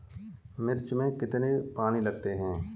मिर्च में कितने पानी लगते हैं?